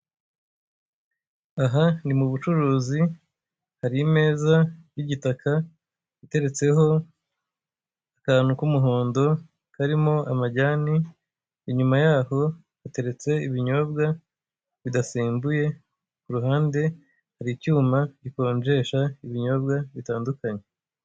Aha ni mu bucuruzi hari imeza y'igitaka iteretseho akantu k'umuhondo karimo amajyani, inyuma yaho hateretse ibinyobwa bidasembuye ku ruhande hari icyuma gikonjesha ibinyobwa bitandukanye.